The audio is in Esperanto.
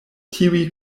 tiuj